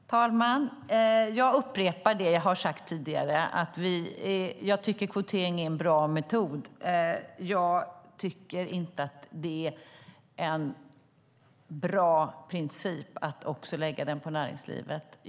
Herr talman! Jag upprepar det som jag har sagt tidigare, nämligen att jag tycker att kvotering är en bra metod. Jag tycker inte att det är en bra princip att också lägga den på näringslivet.